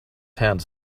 hands